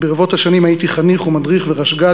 ברבות השנים הייתי חניך ומדריך ורשג"ד,